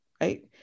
right